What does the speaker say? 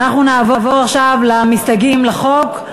ואנחנו נעבור עכשיו למסתייגים לחוק.